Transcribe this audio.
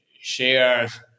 shares